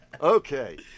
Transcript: Okay